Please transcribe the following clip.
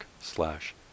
slash